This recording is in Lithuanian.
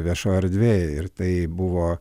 viešoj erdvėj ir tai buvo